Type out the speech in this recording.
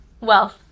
wealth